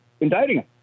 indicting